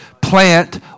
Plant